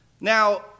Now